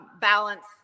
balance